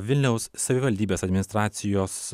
vilniaus savivaldybės administracijos